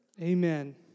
Amen